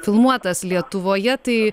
filmuotas lietuvoje tai